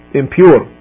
impure